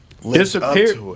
disappeared